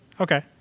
Okay